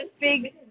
big